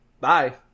bye